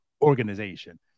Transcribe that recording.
Organization